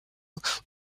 with